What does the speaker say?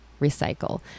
recycle